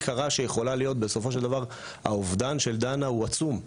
קרה שיכולה להיות האובדן של דנה הוא עצום.